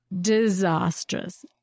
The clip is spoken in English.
disastrous